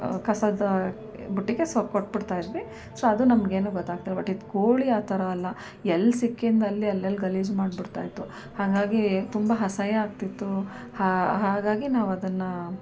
ಕಸದ ಬುಟ್ಟಿಗೆ ಸೊ ಕೊಟ್ಟುಬಿಡ್ತಾಯಿದ್ವಿ ಸೊ ಅದು ನಮಗೇನು ಗೊತ್ತಾಗ್ತಿಲ್ಲ ಬಟ್ ಇದು ಕೋಳಿ ಆ ಥರ ಅಲ್ಲ ಎಲ್ಲಿ ಸಿಕ್ಕಿದಲ್ಲಿ ಅಲ್ಲಲ್ಲಿ ಗಲೀಜು ಮಾಡಿಬಿಡ್ತಾಯಿತ್ತು ಹಾಗಾಗಿ ತುಂಬ ಅಸಹ್ಯ ಆಗ್ತಿತ್ತು ಹಾಗಾಗಿ ನಾವು ಅದನ್ನು